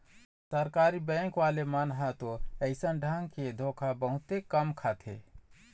सरकारी बेंक वाले मन ह तो अइसन ढंग के धोखा बहुते कम खाथे